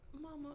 mama